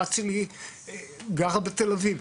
הבת שלי גרה בתל אביב,